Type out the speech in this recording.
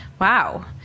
Wow